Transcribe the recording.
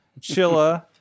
Chilla